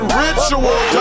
ritual